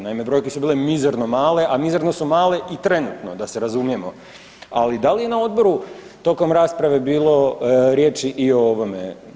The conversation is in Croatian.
Naime, brojke su bile mizerno male a mizerno su male i trenutno da se razumijemo ali da li je na odboru tokom rasprave bilo riječi i ovome?